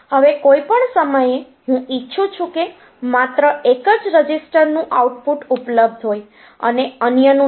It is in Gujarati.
હવે કોઈ પણ સમયે હું ઈચ્છું છું કે માત્ર એક જ રજિસ્ટરનું આઉટપુટ ઉપલબ્ધ હોય અને અન્ય નું નહીં